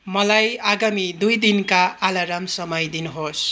मलाई आगामी दुई दिनका अलार्म समय दिनुहोस्